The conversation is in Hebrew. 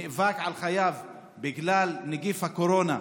נאבק על חייו בגלל נגיף הקורונה,